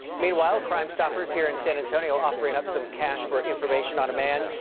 meanwhile, crime stoppers here in san antonio offering up some cash for information on a man.